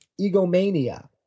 egomania